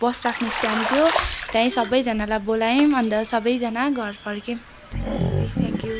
बस राख्ने स्ट्यान्ड थियो त्यहीँ सबैजनालाई बोलायौँ अन्त सबैजना घर फर्कियौँ त्यति थ्याङ्क्यु